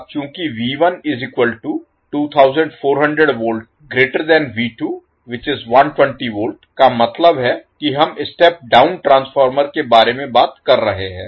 अब चूंकि का मतलब है कि हम स्टेप डाउन ट्रांसफार्मर के बारे में बात कर रहे हैं